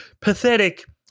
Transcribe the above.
pathetic